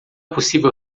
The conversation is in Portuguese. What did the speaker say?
possível